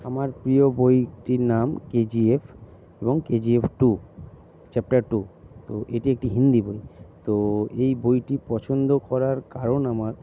আমার প্রিয় বইটির নাম কেজিএফ এবং কেজিএফ টু চ্যাপ্টার টু তো এটি একটি হিন্দি বই তো এই বইটি পছন্দ করার কারণ আমার